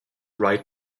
right